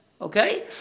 okay